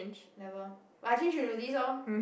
never but I changed into this loh